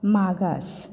मागास